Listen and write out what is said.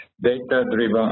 data-driven